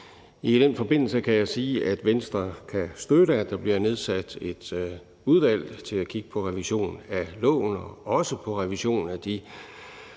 I den forbindelse kan jeg sige, at Venstre kan støtte, at der bliver nedsat et udvalg til at kigge på en revision af loven og også på revision af de